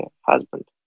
husband